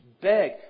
beg